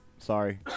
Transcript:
Sorry